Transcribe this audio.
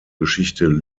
geschichte